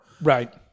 Right